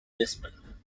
lisbon